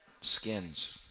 Skins –